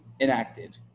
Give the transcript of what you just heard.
enacted